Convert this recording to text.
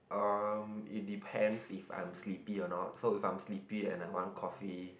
um it depends if I'm sleepy or not so if I'm sleepy and I want coffee